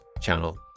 channel